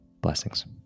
Blessings